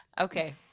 Okay